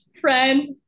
friend